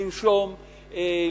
לנשום,